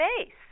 space